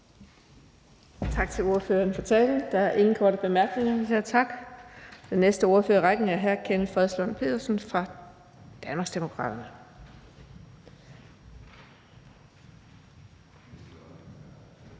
talen til ordføreren. Der er ingen korte bemærkninger, så vi siger tak. Den næste ordfører i rækken er hr. Kenneth Fredslund Petersen fra Danmarksdemokraterne.